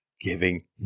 giving